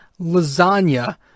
Lasagna